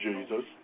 Jesus